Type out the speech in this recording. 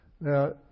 Now